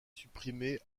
supprimé